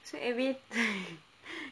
so every time